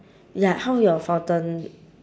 ya how your fountain